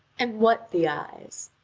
and what the eyes?